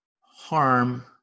harm